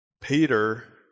Peter